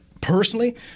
personally